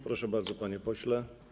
Proszę bardzo, panie pośle.